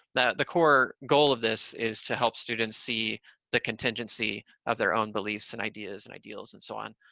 the, the core goal of this is to help students see the contingency of their own beliefs and ideas and ideals and so on.